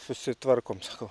susitvarkom sakau